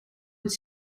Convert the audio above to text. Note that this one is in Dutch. het